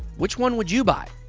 which one would you buy?